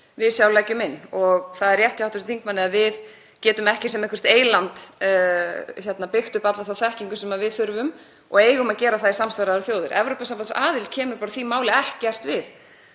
við sjálf leggjum inn. Það er rétt hjá hv. þingmanni að við getum ekki sem eitthvert eyland byggt upp alla þá þekkingu sem við þurfum og við eigum að gera það í samstarfi við aðrar þjóðir. Evrópusambandsaðild kemur því máli ekkert við.